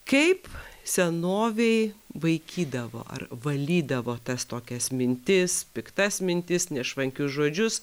kaip senovėj vaikydavo ar valydavo tas tokias mintis piktas mintis nešvankius žodžius